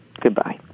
Goodbye